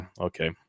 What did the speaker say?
okay